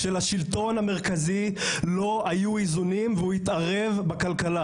כשלשלטון המרכזי לא היו איזונים והוא התערב בכלכלה,